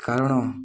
କାରଣ